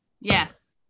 Yes